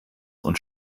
und